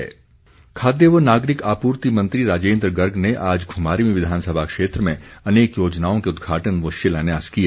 राजेन्द्र गर्ग खाद्य व नागरिक आपूर्ति मंत्री राजेन्द्र गर्ग ने आज घुमारवीं विधानसभा क्षेत्र में अनेक योजनाओं के उद्घाटन व शिलान्यास किए